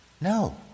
No